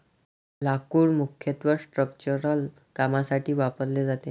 लाकूड मुख्यत्वे स्ट्रक्चरल कामांसाठी वापरले जाते